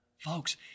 Folks